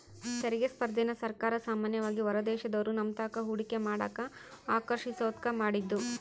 ತೆರಿಗೆ ಸ್ಪರ್ಧೆನ ಸರ್ಕಾರ ಸಾಮಾನ್ಯವಾಗಿ ಹೊರದೇಶದೋರು ನಮ್ತಾಕ ಹೂಡಿಕೆ ಮಾಡಕ ಆಕರ್ಷಿಸೋದ್ಕ ಮಾಡಿದ್ದು